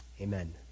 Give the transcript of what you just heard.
amen